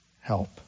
help